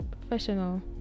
Professional